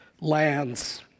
lands